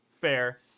fair